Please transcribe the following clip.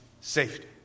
safety